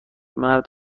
مرد